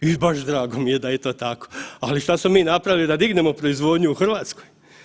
I baš dragom i je da je to tako, ali što smo mi napravili da dignemo proizvodnju u Hrvatskoj?